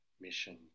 Mission